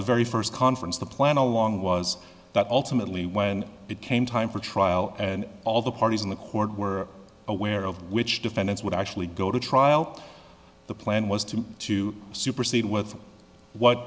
the very first conference the plan all along was that ultimately when it came time for trial and all the parties in the court were aware of which defendants would actually go to trial the plan was to to supersede with what